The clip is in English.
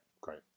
great